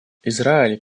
израиль